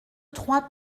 trois